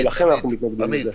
ולכן אנחנו מתנגדים לזה.